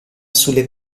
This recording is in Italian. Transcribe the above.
sulle